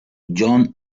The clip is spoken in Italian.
john